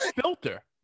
filter